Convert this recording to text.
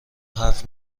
حرف